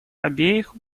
обеих